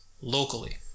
locally